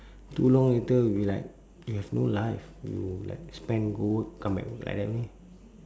too long later you'll be like you have no life you like spend go work come back like that only